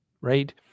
right